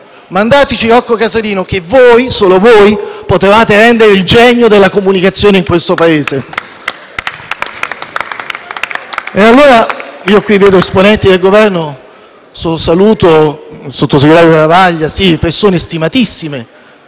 mandateci Rocco Casalino, che voi e solo voi potevate rendere il genio della comunicazione in questo Paese.